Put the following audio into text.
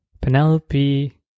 Penelope